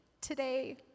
today